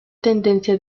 tendencia